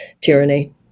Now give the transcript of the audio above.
tyranny